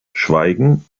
schweigen